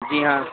جی ہاں